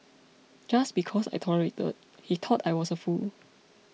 just because I tolerated he thought I was a fool